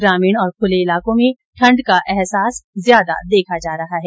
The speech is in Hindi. ग्रामीण और खुले इलाकों में ठण्ड का अहसास ज्यादा देखा जा रहा है